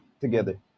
together